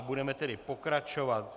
Budeme tedy pokračovat.